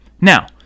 Now